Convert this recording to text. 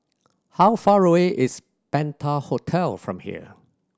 how far away is Penta Hotel from here